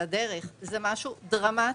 על הדרך; זה משהו דרמטי.